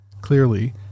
clearly